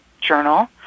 journal